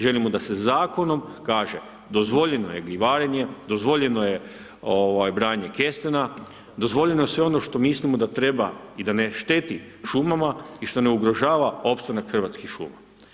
Želimo da se zakonom kaže – dozvoljeno je gljivarenje, dozvoljeno je branje kestenja, dozvoljeno je sve ono što mislimo da treba i da ne šteti šumama i što ne ugrožava opstanak Hrvatskih šuma.